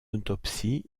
autopsie